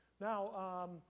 Now